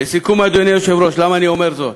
לסיכום, אדוני היושב-ראש, למה אני אומר זאת?